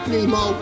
Nemo